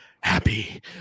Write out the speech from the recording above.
Happy